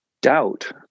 Doubt